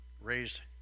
raised